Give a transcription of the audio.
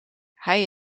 hij